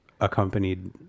accompanied